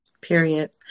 Period